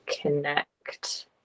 connect